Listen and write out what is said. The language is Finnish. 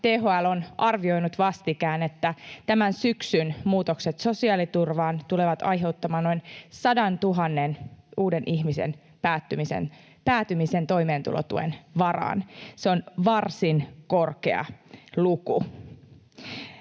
THL on arvioinut vastikään, että tämän syksyn muutokset sosiaaliturvaan tulevat aiheuttamaan noin sadantuhannen uuden ihmisen päätymisen toimeentulotuen varaan. Se on varsin korkea luku.